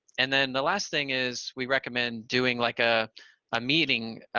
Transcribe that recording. and then the last thing is we recommend doing like a ah meeting,